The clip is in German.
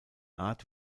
art